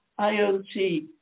IoT